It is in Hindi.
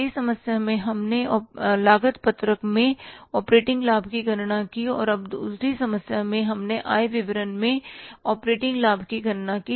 पहली समस्या में हमने लागत पत्रक में ऑपरेटिंग लाभ की गणना की और अब दूसरी समस्या में हमने आय विवरण में ऑपरेटिंग आप की गणना की